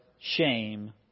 shame